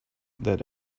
that